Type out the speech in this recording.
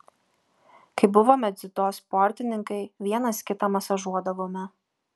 kai buvome dziudo sportininkai vienas kitą masažuodavome